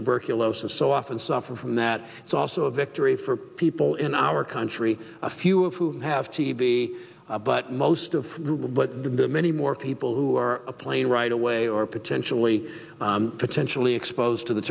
tuberculosis so often suffer from that it's also a victory for people in our country a few of whom have tb but most of the many more people who are playing right away or potentially potentially exposed to the